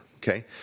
Okay